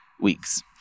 weeks